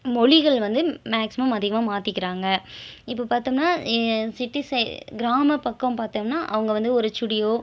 மொழிகள் வந்து மேக்ஸிமம் அதிகமாக மாத்திக்கிறாங்கள் இப்போது பார்த்தோம்னா சிட்டி சைட் கிராமம் பக்கம் பார்த்தோம்னா அவங்க வந்து ஒரு சுடியோ